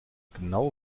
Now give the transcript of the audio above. genau